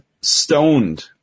stoned